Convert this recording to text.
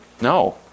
No